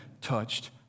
touched